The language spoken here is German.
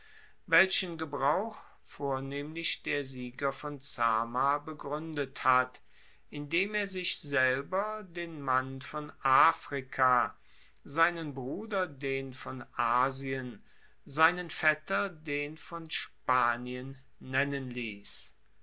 welchen gebrauch vornehmlich der sieger von zama begruendet hat indem er sich selber den mann von afrika seinen bruder den von asien seinen vetter den von spanien nennen liess